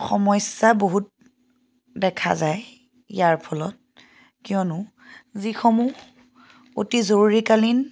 সমস্যা বহুত দেখা যায় ইয়াৰ ফলত কিয়নো যিসমূহ অতি জৰুৰীকালীন